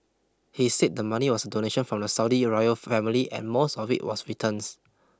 he said the money was a donation from the Saudi royal family and most of it was returns